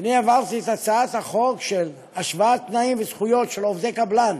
אני העברתי את הצעת החוק של השוואת תנאים וזכויות של עובדי קבלן